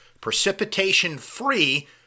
precipitation-free